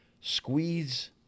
squeeze